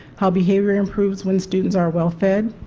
how behavior improves when students are well fed,